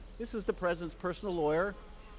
this is the president personal lawyer,